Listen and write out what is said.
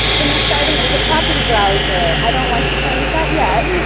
the next item is a property browser. i don't want you playing with that yet.